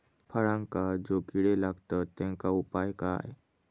फळांका जो किडे लागतत तेनका उपाय काय?